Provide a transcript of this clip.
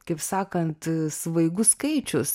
kaip sakant svaigus skaičius